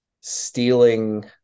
stealing